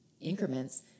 increments